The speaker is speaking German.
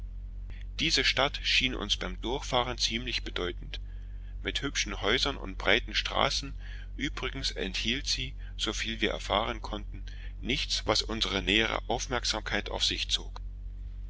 diese stadt schien uns beim durchfahren ziemlich bedeutend mit hübschen häusern und breiten straßen übrigens enthielt sie so viel wir erfahren konnten nichts was unsere nähere aufmerksamkeit auf sich zog